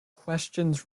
questions